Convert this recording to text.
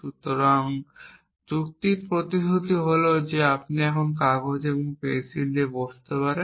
সুতরাং যুক্তির প্রতিশ্রুতি হল যে আপনি কাগজ এবং পেন্সিল নিয়ে বসতে পারেন